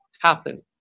happen